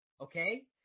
Okay